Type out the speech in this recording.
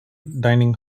dining